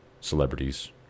celebrities